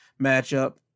matchup